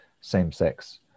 same-sex